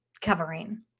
covering